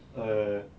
err